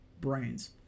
Brains